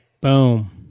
Boom